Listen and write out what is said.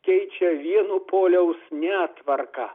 keičia vieno poliaus netvarką